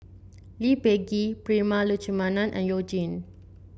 Lee Peh Gee Prema Letchumanan and You Jin